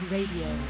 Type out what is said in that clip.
Radio